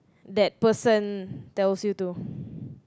that person tells you to